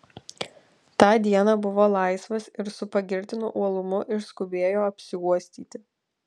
tą dieną buvo laisvas ir su pagirtinu uolumu išskubėjo apsiuostyti